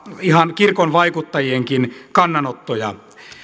ihan kirkon vaikuttajienkin kannanottoja